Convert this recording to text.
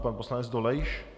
Pan poslanec Dolejš?